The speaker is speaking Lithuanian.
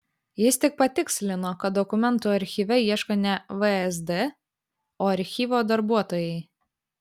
jis tik patikslino kad dokumentų archyve ieško ne vsd o archyvo darbuotojai